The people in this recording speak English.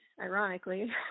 ironically